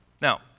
Now